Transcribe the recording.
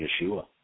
Yeshua